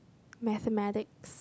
mathematics